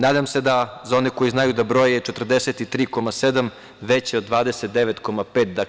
Nadam se, za one koji znaju da broje, da je 43,7 veće od 29,5.